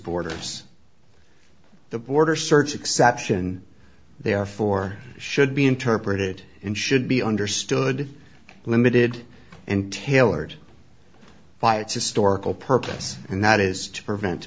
borders the border search exception therefore should be interpreted and should be understood limited and tailored by its historical purpose and that is to prevent